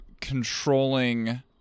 controlling